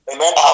Amen